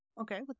okay